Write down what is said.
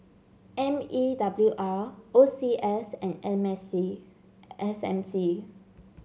M E W R O C S and M S C S M C